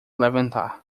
levantar